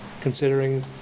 considering